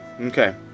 Okay